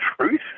truth